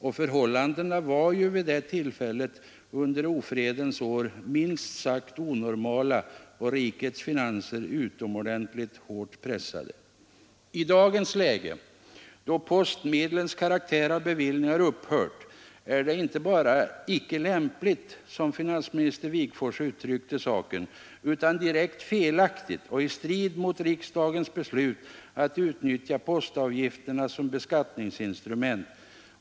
Och förhållandena var ju vid det tillfället — under ofredens år — minst sagt onormala och rikets finanser utomordentligt hårt pressade. I dagens läge, då postmedlens karaktär av bevillning har upphört, är det inte bara ”icke lämpligt”, som finansminister Wigforss uttryckte saken, utan direkt felaktigt och i strid mot riksdagens beslut att utnyttja postavgifterna som beskattningsinstrument.